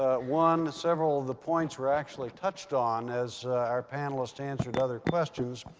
ah one, several of the points were actually touched on as our panelists answered other questions.